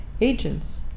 agents